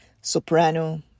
soprano